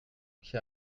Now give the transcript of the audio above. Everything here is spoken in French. qui